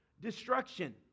destruction